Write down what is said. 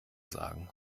sagen